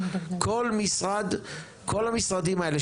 כל המשרדים האלה,